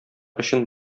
өчен